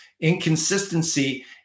Inconsistency